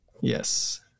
Yes